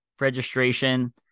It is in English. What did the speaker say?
registration